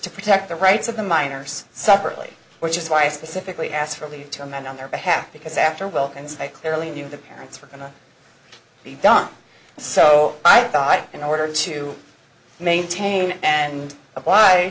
to protect the rights of the minors separately which is why i specifically asked for leave to amend on their behalf because after well and clearly knew the parents were going to be done so i thought i in order to maintain and apply